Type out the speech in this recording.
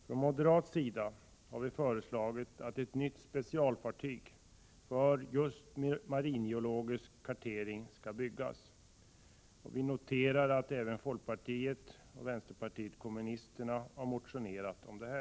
Vi moderater har föreslagit att ett nytt specialfartyg skall byggas avsett just för maringeologisk kartering. Vi noterar att även folkpartiet och vänsterpartiet kommunisterna har motionerat om samma sak.